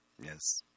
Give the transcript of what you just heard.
Yes